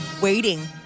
waiting